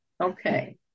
Okay